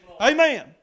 Amen